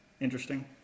interesting